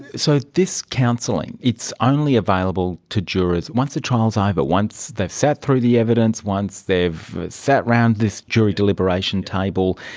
so this counselling, it's only available to jurors once the trial's over. but once they've sat through the evidence, once they've sat round this jury deliberation table,